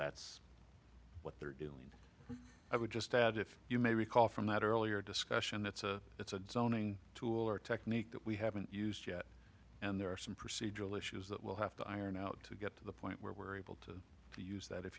that's what they're doing i would just add if you may recall from that earlier discussion that's a it's a tool or technique that we haven't used yet and there are some procedural issues that we'll have to iron out to get to the point where we're able to use that if